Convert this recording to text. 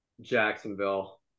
Jacksonville